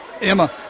Emma